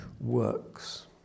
works